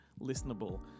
listenable